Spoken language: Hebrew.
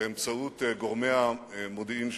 באמצעות גורמי המודיעין שלה,